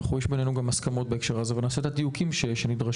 יש בינינו גם הסכמות בהקשר הזה ונעשה את הדיוקים שנדרשים,